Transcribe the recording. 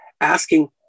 asking